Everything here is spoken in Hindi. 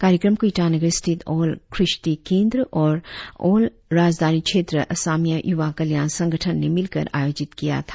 कार्यक्रम को ईटानगर स्थित ऑल कृष्टी केंद्र ऑल राजधानी क्षेत्र असमिया युवा कल्याण संगठन ने मिलकर आयोजित किया था